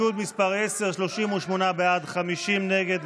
10, 38 בעד, 50 נגד.